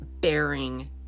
bearing